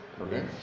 Okay